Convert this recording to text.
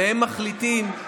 והם מחליטים,